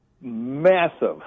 Massive